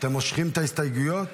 אתם מושכים את הסתייגויות?